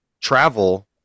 travel